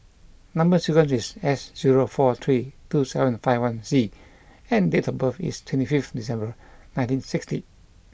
number sequence is S zero four three two seven five one C and date of birth is twenty fifth December nineteen sixty